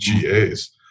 GAs